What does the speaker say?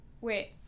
Wait